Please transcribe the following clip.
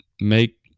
make